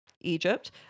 Egypt